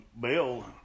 Bill